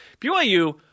BYU